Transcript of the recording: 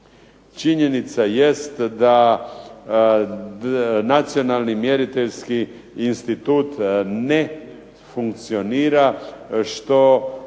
Činjenica jest da Nacionalni mjeriteljski institut ne funkcionira što